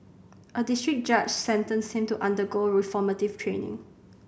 a district judge sentenced him to undergo reformative training